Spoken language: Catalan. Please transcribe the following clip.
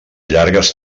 llargues